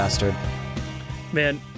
man